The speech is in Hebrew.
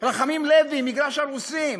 רחמים לוי, מגרש-הרוסים,